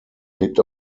blickt